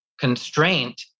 constraint